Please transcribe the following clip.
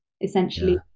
essentially